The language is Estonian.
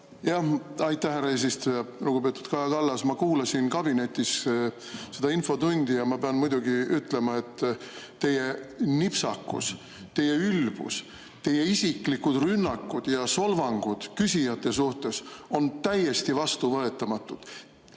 härra eesistuja! Lugupeetud Kaja Kallas! Ma kuulasin kabinetis seda infotundi ja ma pean muidugi ütlema, et teie nipsakus, teie ülbus, teie isiklikud rünnakud ja solvangud küsijate pihta on täiesti vastuvõetamatud.